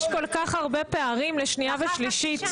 יש כל כך הרבה פערים לשנייה ושלישית.